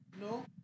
No